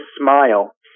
smile